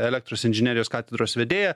elektros inžinerijos katedros vedėja